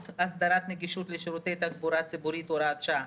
(הסדרת נגישות לשירותי תחבורה ציבורית) (הוראת שעה),